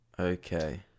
okay